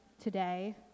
today